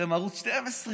אתם ערוץ 12,